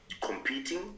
competing